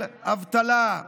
של אבטלה,